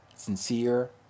sincere